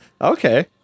Okay